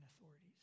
authorities